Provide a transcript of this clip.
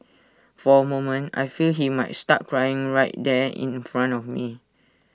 for A moment I feel he might start crying right there in front of me